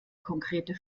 konkrete